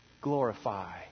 glorify